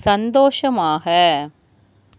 சந்தோஷமாக